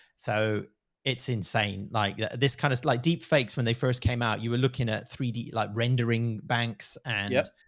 so it's insane. like this kind of like deep fakes. when they first came out, you were looking at three d like rendering banks and yeah.